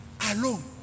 alone